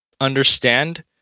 understand